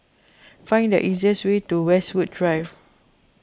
find the easiest way to Westwood Drive